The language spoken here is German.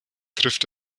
trifft